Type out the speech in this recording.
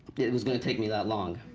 it was going to take me that long.